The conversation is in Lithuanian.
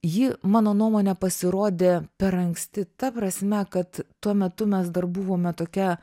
ji mano nuomone pasirodė per anksti ta prasme kad tuo metu mes dar buvome tokie